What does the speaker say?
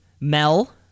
Mel